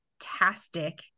fantastic